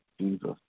Jesus